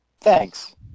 Thanks